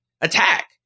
attack